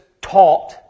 taught